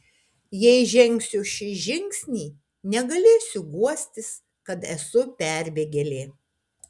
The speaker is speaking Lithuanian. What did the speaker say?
jei žengsiu šį žingsnį negalėsiu guostis kad esu perbėgėlė